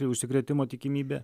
užsikrėtimo tikimybė